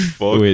fuck